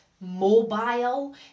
mobile